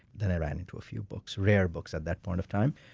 then i ran into a few books, rare books at that point of time,